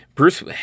Bruce